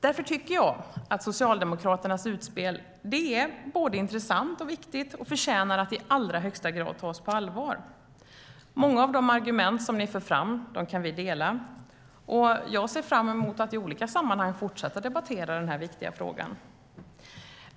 Därför tycker jag att Socialdemokraternas utspel är både intressant och viktigt och förtjänar att i allra högsta grad tas på allvar. Många av de argument som ni för fram kan vi dela. Jag ser fram emot att i olika sammanhang fortsätta debattera den här viktiga frågan.